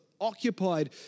occupied